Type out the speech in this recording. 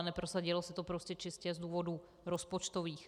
Ale neprosadilo se to prostě čistě z důvodů rozpočtových.